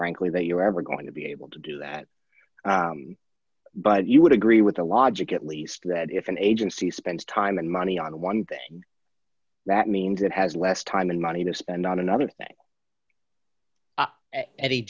frankly that you're ever going to be able to do that but you would agree with the logic at least that if an agency spends time and money on one dollar thing that means it has less time and money to spend on another thing